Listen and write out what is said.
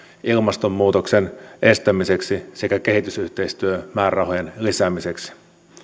ilmastonmuutoksen estämiseksi sekä kehitysyhteistyömäärärahojen lisäämiseksi